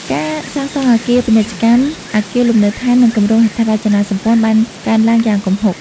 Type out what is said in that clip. ការសាងសង់អគារពាណិជ្ជកម្ម អគារលំនៅដ្ឋាន និងគម្រោងហេដ្ឋារចនាសម្ព័ន្ធបានកើនឡើងយ៉ាងគំហុក។